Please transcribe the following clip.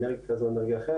אנרגיה כזו או אחרת,